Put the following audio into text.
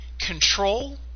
control